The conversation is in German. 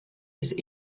ist